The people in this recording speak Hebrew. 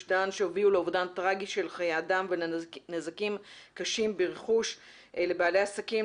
דן שהובילו לאובדן טראגי של חיי אדם ולנזקים קשים ברכוש לבעלי עסקים,